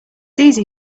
easy